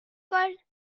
cols